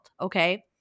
Okay